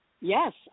Yes